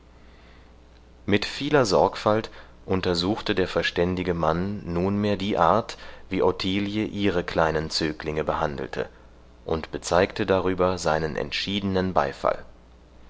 mit vieler sorgfalt untersuchte der verständige mann nunmehr die art wie ottilie ihre kleinen zöglinge behandelte und bezeigte darüber seinen entschiedenen beifall